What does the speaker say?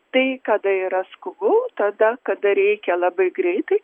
tai kada yra skubu tada kada reikia labai greitai